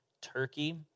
Turkey